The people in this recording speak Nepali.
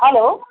हेलो